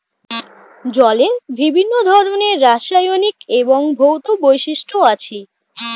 জলের বিভিন্ন ধরনের রাসায়নিক এবং ভৌত বৈশিষ্ট্য আছে